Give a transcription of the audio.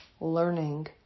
learning